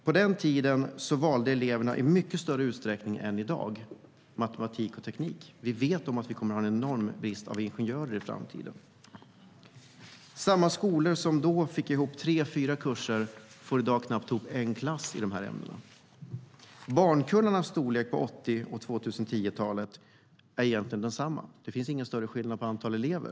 På den tiden valde eleverna matematik och teknik i mycket större utsträckning än i dag, och vi vet att vi kommer att ha en enorm brist på ingenjörer i framtiden. Samma skolor som då fick ihop tre fyra kurser får i dag knappt ihop en klass i de här ämnena. Barnkullarnas storlek på 1980-talet respektive 2010-talet är egentligen densamma; det finns ingen större skillnad på antalet elever.